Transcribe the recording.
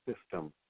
system